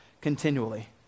continually